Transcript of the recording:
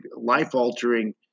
life-altering